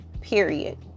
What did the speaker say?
period